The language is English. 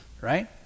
right